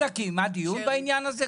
מד"א קיימה דיון בעניין הזה?